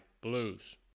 blues